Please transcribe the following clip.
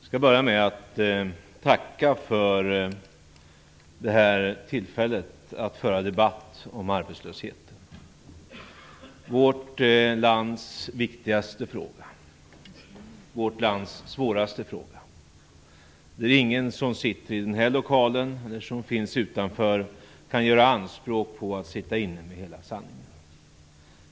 Fru talman! Jag skall börja med att tacka för det här tillfället att föra debatt om arbetslöshet, vårt lands viktigaste fråga, vårt lands svåraste fråga. Det är ingen som sitter i den här lokalen eller som finns utanför som kan göra anspråk på att sitta inne med hela sanningen.